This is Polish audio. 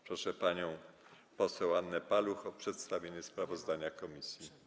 Proszę panią poseł Annę Paluch o przedstawienie sprawozdania komisji.